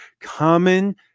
common